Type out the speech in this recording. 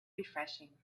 refreshing